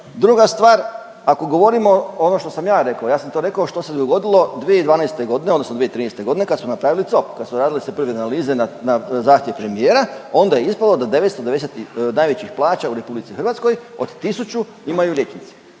Druga stvar, ako govorimo ono što sam ja rekao, ja sam to rekao što se dogodilo 2012. godine odnosno 2013. godine su napravili COP, kad su radile se provedene analize na zahtjev premijera onda je ispalo da 990 najvećih plaća u RH od 1000 imaju liječnici.